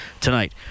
tonight